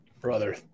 Brother